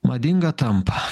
madinga tampa